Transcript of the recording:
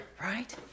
Right